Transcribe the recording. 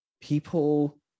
people